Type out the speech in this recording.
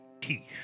teeth